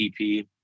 EP